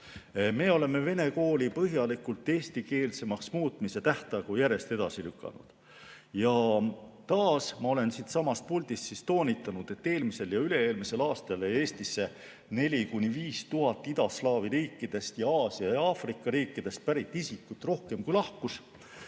Me oleme vene kooli põhjalikult eestikeelseks muutmise tähtaegu järjest edasi lükanud. Ma olen siitsamast puldist toonitanud, et eelmisel ja üle-eelmisel aastal jäi Eestisse 4000–5000 idaslaavi riikidest ja Aasia ja Aafrika riikidest pärit isikut rohkem, kui siit lahkus.